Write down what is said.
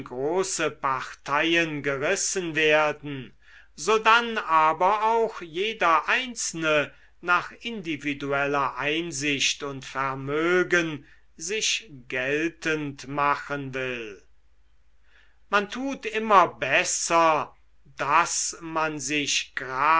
große parteien gerissen werden sodann aber auch jeder einzelne nach individueller einsicht und vermögen sich geltend machen will man tut immer besser daß man sich